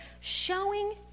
showing